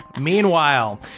Meanwhile